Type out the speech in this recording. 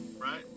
right